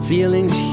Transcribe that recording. Feelings